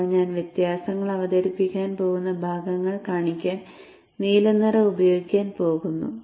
ഇപ്പോൾ ഞാൻ വ്യത്യാസങ്ങൾ അവതരിപ്പിക്കാൻ പോകുന്ന ഭാഗങ്ങൾ കാണിക്കാൻ നീല നിറം ഉപയോഗിക്കാൻ പോകുന്നു